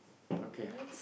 okay